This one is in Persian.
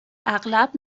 اغلب